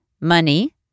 money